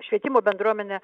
švietimo bendruomenė